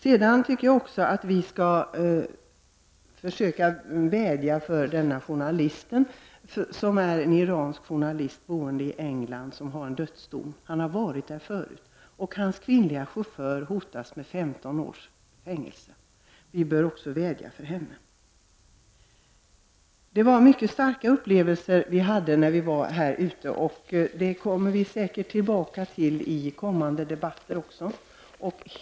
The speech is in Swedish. Vidare tycker jag att vi skall försöka vädja för den iranske journalist, boende i England, som har fått en dödsdom. Han har varit här förut. Hans kvinnliga chaufför hotas med 15 års fängelse. Vi bör även vädja för henne. Vi fick mycket starka upplevelser vid vårt besök. Det kommer vi säkert tillbaka till i kommande debatter.